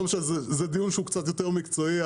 לא משנה, זה דיון קצת יותר מקצועי.